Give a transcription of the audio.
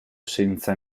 senza